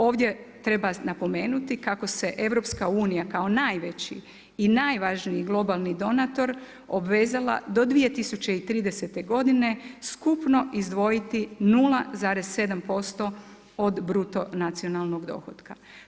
Ovdje treba napomenuti kako se EU kao najveći i najvažniji globalni donator obvezala do 2030. godine skupno izdvojiti 0,7% od bruto nacionalnog dohotka.